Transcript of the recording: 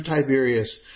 Tiberius